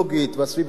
הסביבתית,